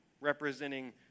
representing